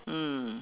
mm